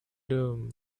them